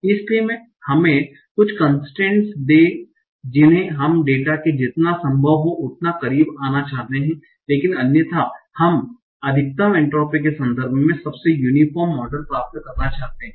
इसलिए हमें कुछ कन्स्ट्रेन्ट दें जिन्हें हम डेटा के जितना संभव हो उतना करीब आना चाहते हैं लेकिन अन्यथा हम अधिकतम एंट्रोपी के संदर्भ में सबसे यूनीफोर्म मॉडल प्राप्त करना चाहते हैं